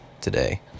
today